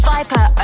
Viper